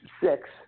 six